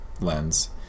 lens